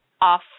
off